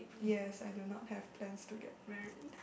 yes I do not have plans to get married